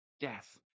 death